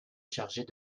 chargée